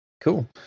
cool